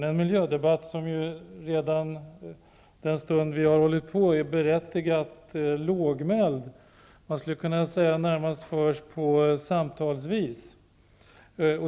Den stund vi har fört debatten har den varit berättigat lågmäld. Man skulle närmast kunna säga att debatten har förts samtalvis.